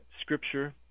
scripture